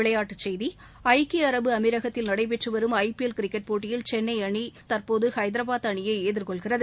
IPL ஐக்கிய அரபு அமீரகத்தில் நடைபெற்றுவரும் ஐபிஎல் கிரிக்கெட் போட்டியில் சென்ளைஅணிதபாயில் தற்போதுஹைதராபாத் அணியைஎதிர்கொள்கிறது